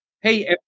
Hey